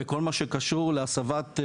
וכל מה שקשור להסבת,